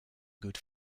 good